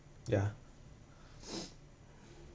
ya